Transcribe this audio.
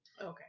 okay